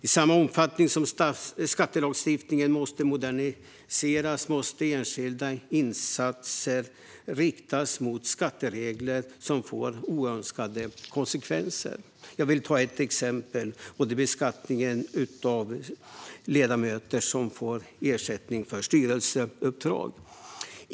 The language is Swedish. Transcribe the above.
I samma omfattning som skattelagstiftningen måste moderniseras måste enskilda insatser riktas mot skatteregler som får oönskade konsekvenser. Jag vill ta ett exempel, nämligen beskattningen av ledamöter som får ersättning för styrelseuppdrag.